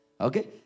Okay